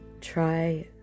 try